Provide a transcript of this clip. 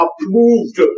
approved